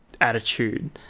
attitude